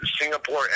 Singapore